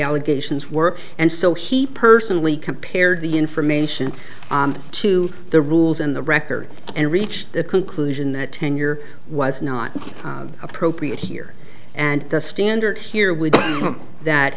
allegations were and so he personally compared the information to the rules in the record and reached the conclusion that tenure was not appropriate here and the standard here with